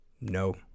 No